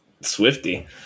Swifty